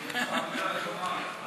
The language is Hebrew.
באתי.